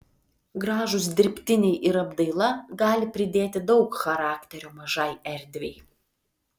gražūs dirbtiniai ir apdaila gali pridėti daug charakterio mažai erdvei